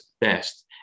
best